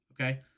Okay